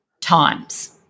times